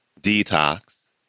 Detox